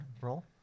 roll